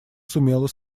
сумела